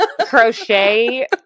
crochet